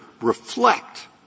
reflect